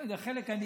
אקח חלק אני